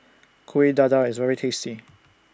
Kuih Dadar IS very tasty